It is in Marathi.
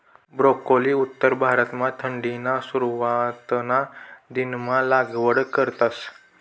ब्रोकोली उत्तर भारतमा थंडीना सुरवातना दिनमा लागवड करतस